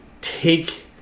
take